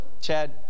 Chad